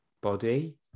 body